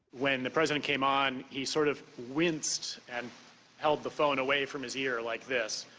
when the president came on, he sort of winced and held the phone away from his ear like this,